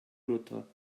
mutter